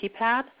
keypad